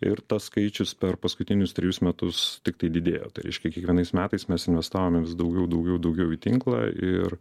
ir tas skaičius per paskutinius trejus metus tiktai didėja tai reiškia kiekvienais metais mes investavome vis daugiau daugiau daugiau į tinklą ir